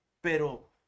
pero